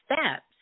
steps